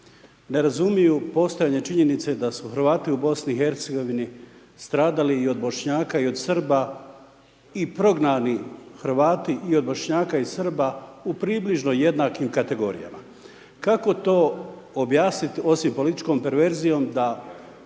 ne razumiju postojanje činjenice da su Hrvati u BiH stradali i od Bošnjaka i od Srba i prognani Hrvati i od Bošnjaka i Srba u približno jednakim kategorijama. Kako to objasnit, osim političkom perverzijom da